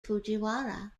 fujiwara